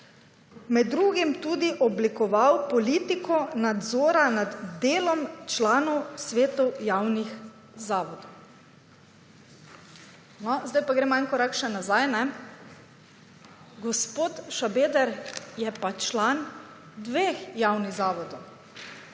med drugim bo tudi oblikoval politiko nadzora nad delom članov svetov javnih zavodov. No, zdaj pa gremo en korak nazaj – gospod Šabeder je pa član dveh javnih zavodov.